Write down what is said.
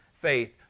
faith